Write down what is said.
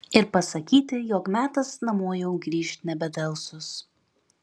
ir pasakyti jog metas namo jau grįžt nebedelsus